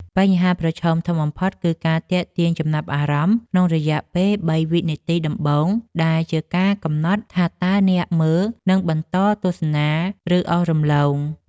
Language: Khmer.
បញ្ហាប្រឈមធំបំផុតគឺ ការទាក់ទាញចំណាប់អារម្មណ៍ក្នុងរយៈពេល ៣ វិនាទីដំបូង ដែលជាការកំណត់ថាតើអ្នកមើលនឹងបន្តទស្សនា ឬអូសរំលង។